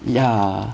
yeah